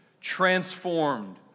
transformed